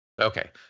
Okay